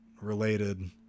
related